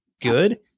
good